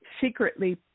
secretly